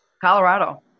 Colorado